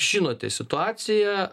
žinote situacija